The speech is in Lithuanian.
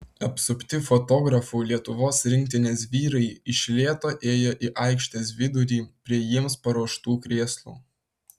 apsupti fotografų lietuvos rinktinės vyrai iš lėto ėjo į aikštės vidurį prie jiems paruoštų krėslų